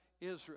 Israel